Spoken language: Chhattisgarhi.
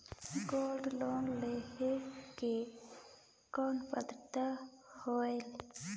गोल्ड लोन लेहे के कौन पात्रता होएल?